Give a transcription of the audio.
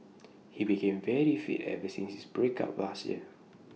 he became very fit ever since his break up last year